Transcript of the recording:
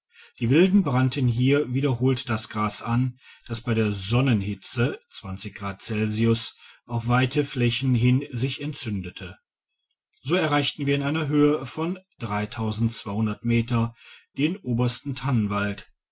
die wilden brannten hier wiederholt das gras an das bei der sonnenhitze grad celsius auf weite flächen hin sich entzündete so erreichten wir in einer höhe von meter den obersten